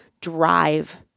drive